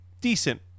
decent